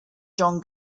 john